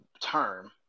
term